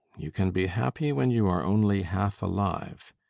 you can be happy when you are only half alive.